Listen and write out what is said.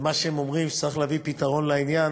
למה שהם אומרים, שצריך להביא פתרון לעניין,